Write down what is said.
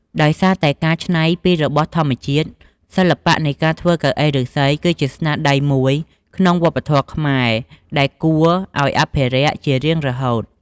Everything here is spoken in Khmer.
ដោយសារតែការច្នៃពីរបស់ធម្មជាតិ សិល្បៈនៃការធ្វើកៅអីឫស្សី គឺជាស្នាដៃមួយក្នុងវប្បធម៌ខ្មែរ ដែលគួរឱ្យអភិរក្សជារៀងរហូត។